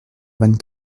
vingt